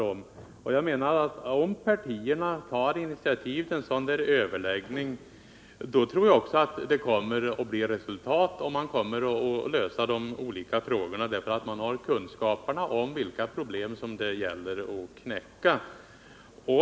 Om partierna tar initiativ till överläggningar, så tror jag att det kommer att bli resultat och att man kommer att lösa de olika frågorna, därför att man har kunskaperna om vilka problem det gäller att knäcka.